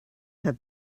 have